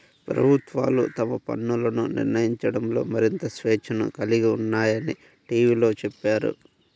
ప్రభుత్వాలు తమ పన్నులను నిర్ణయించడంలో మరింత స్వేచ్ఛను కలిగి ఉన్నాయని టీవీలో చెప్పారు